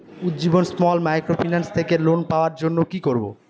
Ujjivan small microfinance থেকে loan পাওয়ার জন্য কি করব?